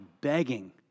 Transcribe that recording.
begging